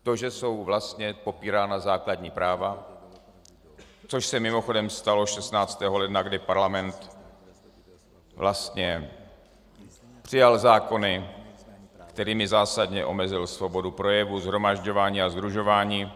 To, že jsou vlastně popírána základní práva, což se mimochodem stalo 16. ledna, kdy parlament vlastně přijal zákony, kterými zásadně omezil svobodu projevu, shromažďování a sdružování.